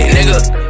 Nigga